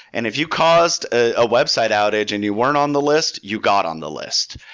and if you caused a website outage and you weren't on the list, you got on the list.